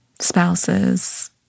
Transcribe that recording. spouses